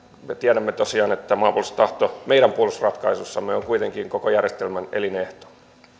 me tiedämme tosiaan että maanpuolustustahto meidän puolustusratkaisussamme on kuitenkin koko järjestelmän elinehto